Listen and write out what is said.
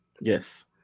Yes